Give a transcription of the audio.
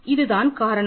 இதுதான் காரணம்